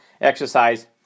exercise